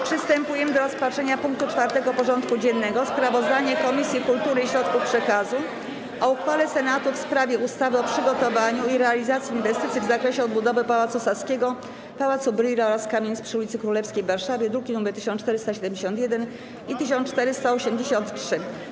Przystępujemy do rozpatrzenia punktu 4. porządku dziennego: Sprawozdanie Komisji Kultury i Środków Przekazu o uchwale Senatu w sprawie ustawy o przygotowaniu i realizacji inwestycji w zakresie odbudowy Pałacu Saskiego, Pałacu Brühla oraz kamienic przy ulicy Królewskiej w Warszawie (druki nr 1471 i 1483)